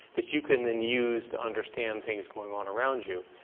that you can then use to understand things going on around you.